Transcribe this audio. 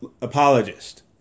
apologist